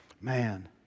Man